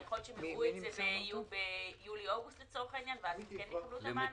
יכול להיות שהם יעברו את זה ביולי אוגוסט ואז הם כן יקבלו את המענק?